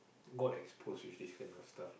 got expose with this kind of stuff lah